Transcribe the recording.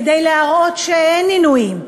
כדי להראות שאין עינויים,